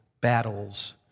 battles